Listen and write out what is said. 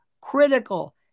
critical